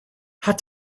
hat